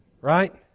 right